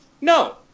No